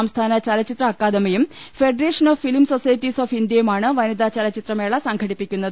സംസ്ഥാന ചലച്ചിത്ര അക്കാദമിയും federation of film societies of ഇന്ത്യയുമാണ് വനിതാ ചലച്ചിത്രമേള സംഘടിപ്പിക്കുന്നത്